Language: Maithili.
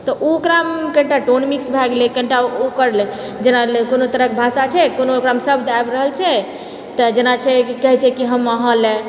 तऽ ओकरामे कनीटा टोन मिक्स भए गेलै कनीटा ओकर जेना कोनो तरहक भाषा छै कोनो ओकरामे शब्द आबि रहल छै तऽ जेना छै की कहै छै कि हम अहाँ लए